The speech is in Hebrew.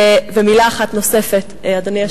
ומלה אחת נוספת, אדוני היושב-ראש.